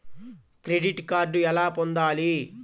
Credit card ఎలా పొందాలి?